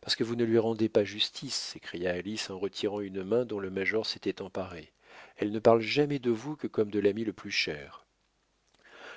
parce que vous ne lui rendiez pas justice s'écria alice en retirant une main dont le major s'était emparé elle ne parle jamais de vous que comme de l'ami le plus cher